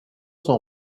son